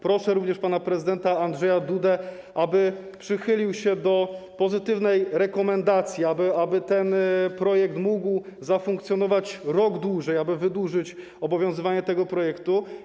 Proszę również pana prezydenta Andrzeja Dudę, aby przychylił się do pozytywnej rekomendacji, aby ten projekt mógł zafunkcjonować rok dłużej, aby wydłużyć obowiązywanie tego projektu.